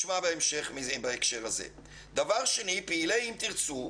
במשך שנים פעילי "אם תרצו"